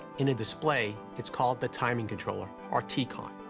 in a display, it's called the timing controller or tcon.